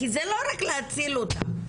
כי זה לא רק להציל אותה,